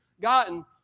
gotten